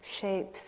shapes